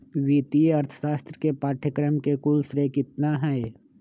वित्तीय अर्थशास्त्र के पाठ्यक्रम के कुल श्रेय कितना हई?